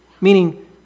Meaning